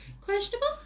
Questionable